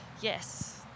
Yes